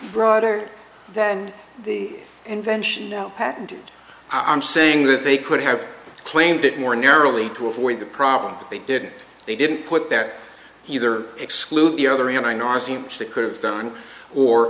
broader than the invention now happened i'm saying that they could have claimed it more narrowly to avoid the problem that they did they didn't put that he there exclude the other and i know are seems that could have done or